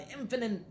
infinite